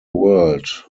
world